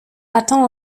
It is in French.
attend